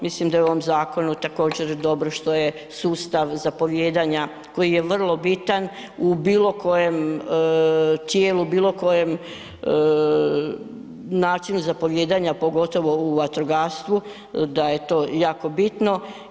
Mislim da je u ovom zakonu također dobro što je sustav zapovijedanja koji je vrlo bitan u bilo kojem tijelu, bilo kojem načinu zapovijedanja pogotovo u vatrogastvu da je to jako bitno.